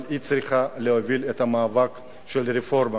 אבל היא צריכה להוביל את המאבק של הרפורמה,